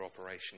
operation